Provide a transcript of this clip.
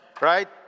right